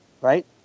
right